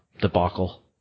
debacle